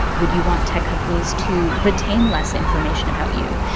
would you want tech companies to retain less information about you,